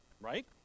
Right